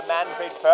Manfred